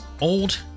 old